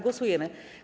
Głosujemy.